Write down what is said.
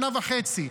שנה וחצי,